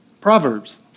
Proverbs